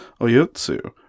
Oyotsu